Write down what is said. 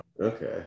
Okay